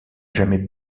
jamais